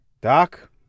Doc